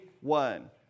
one